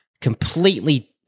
completely